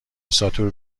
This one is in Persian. ساتور